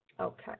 Okay